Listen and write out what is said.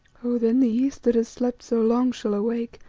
oh! then the east, that has slept so long, shall awake